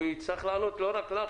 הוא יצטרך לענות לא רק לך.